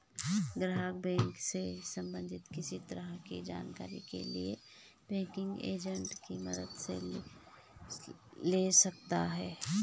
ग्राहक बैंक से सबंधित किसी तरह की जानकारी के लिए बैंकिंग एजेंट की मदद ले सकता है